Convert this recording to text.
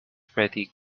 pretty